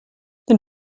den